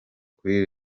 kuri